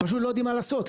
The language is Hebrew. פשוט לא יודעים מה לעשות,